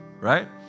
Right